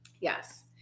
Yes